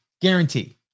guarantee